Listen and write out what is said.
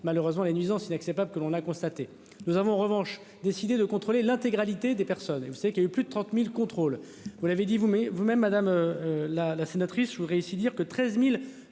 Malheureusement les nuisances inacceptable que l'on a constaté. Nous avons en revanche décidé de contrôler l'intégralité des personnes et vous savez qu'il y a eu plus de 30.000 contrôles, vous l'avez dit vous-mais vous-. Même madame. La sénatrice je voudrais ici dire que 13.363